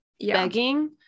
begging